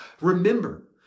Remember